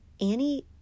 Annie